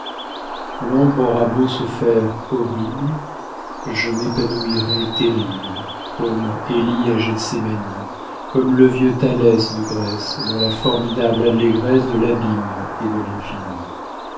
aura beau se faire horrible je m'épanouirai terrible comme élie à gethsémani comme le vieux thalès de grèce dans la formidable allégresse de l'abîme et de